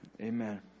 amen